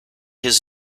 his